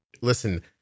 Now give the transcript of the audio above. Listen